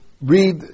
read